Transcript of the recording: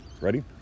Ready